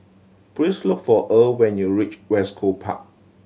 please look for Earl when you reach West Coast Park